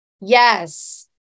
Yes